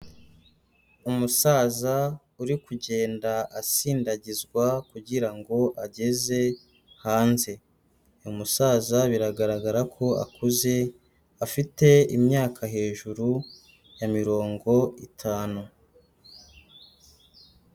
Umusaza uri kugenda asindagizwa kugira ngo ageze hanze. Uyu umusaza biragaragara ko akuze, afite imyaka hejuru ya mirongo itanu.